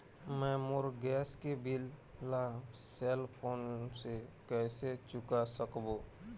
मैं मोर गैस के बिल ला सेल फोन से कइसे चुका सकबो?